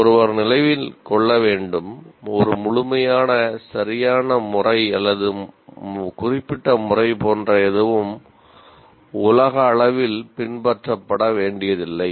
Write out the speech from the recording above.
ஒருவர் நினைவில் கொள்ள வேண்டும் ஒரு முழுமையான சரியான முறை அல்லது குறிப்பிட்ட முறை போன்ற எதுவும் உலகளவில் பின்பற்றப்பட வேண்டியதில்லை